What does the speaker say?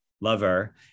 lover